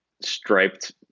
striped